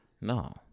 No